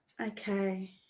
Okay